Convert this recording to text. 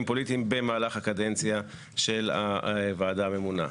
פוליטיים במהלך הקדנציה של הוועדה הממונה.